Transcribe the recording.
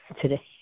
today